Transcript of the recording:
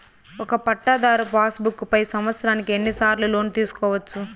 ఒక పట్టాధారు pass book పై సంవత్సరానికి ఎన్ని సార్లు లోను తీసుకోవచ్చు?